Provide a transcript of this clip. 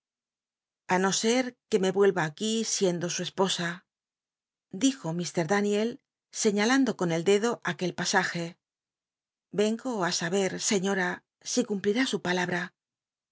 a no ser que me yuelya aquí siendo su esposa dijo mr daniel señalando con el dedo aquel pasaje vengo á saber señora si cumplirá su palabra